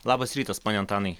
labas rytas pone antanai